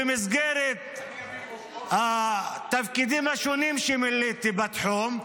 במסגרת התפקידים השונים שמילאתי בתחום,